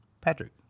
Patrick